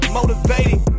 motivated